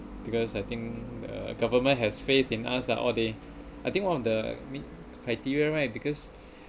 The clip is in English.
because I think the government has faith in us ah and all day I think one of the main criteria right because